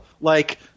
Like-